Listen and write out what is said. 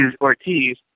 Ortiz